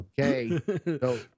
Okay